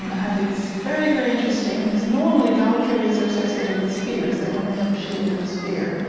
um and it's very, very interesting because normally valkyries are associated with spears. they normally have a shield and a spear,